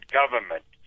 government